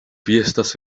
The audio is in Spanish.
fiestas